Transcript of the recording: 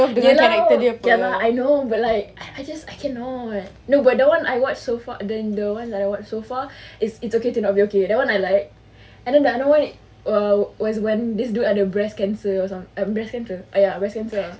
iya lah ya lah I know but like I just I cannot no but that [one] I watch one I watch so far the one that I watch so far is okay to not be okay that [one] I like and then the other [one] uh was when this dude ada breast cancer or something uh ya breast cancer ah